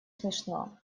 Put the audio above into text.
смешно